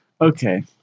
Okay